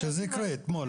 שזה יקרה אתמול.